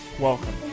Welcome